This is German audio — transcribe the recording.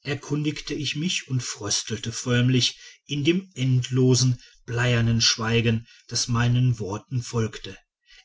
erkundigte ich mich und fröstelte förmlich in dem endlosen bleiernen schweigen das meinen worten folgte